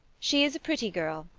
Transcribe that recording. she is a pretty girl,